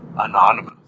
Anonymous